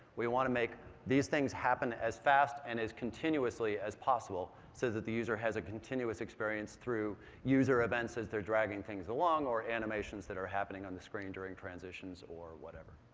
we want to make these things happen as fast and as continuously as possible so that the user has a continuous experience through user events as they're dragging things along or animations that are happening on the screen during transitions or whatever.